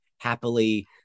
happily